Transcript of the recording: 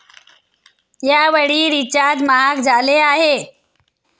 यावेळी रिचार्ज महाग झाले आहेत